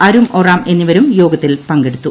അരും ഒറാം എന്നിവരും യോഗത്തിൽ പങ്കെടുത്തു